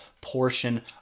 portion